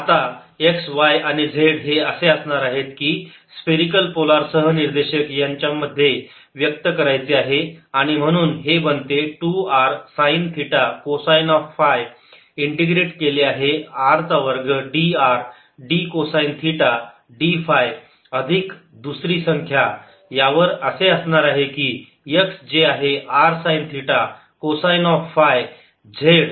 आता x y आणि z हे असे असणार आहेत की स्फेरिकल पोलार सहनिर्देशक यांमध्ये व्यक्त करायचे आहे आणि म्हणून हे बनते 2 r sine theta cosine of phi integrate केले आहे r चा वर्ग d r d cosine theta d phi अधिक दुसरी संख्या यावर असे असणार आहे की x जे आहे r sine theta cosine of phi z जे आहे r कोसाइन थिटा